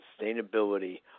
sustainability